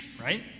Right